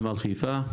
נמל חיפה.